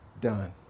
done